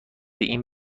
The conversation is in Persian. این